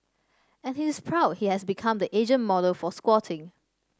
and he is proud he has become the Asian model for squatting